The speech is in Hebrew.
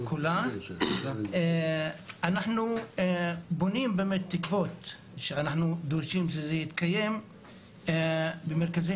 אנחנו בונים תקוות שדורשים שזה יתקיים במרכזי